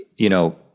you know,